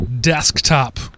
desktop